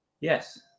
Yes